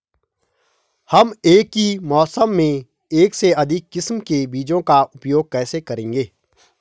हम एक ही मौसम में एक से अधिक किस्म के बीजों का उपयोग कैसे करेंगे?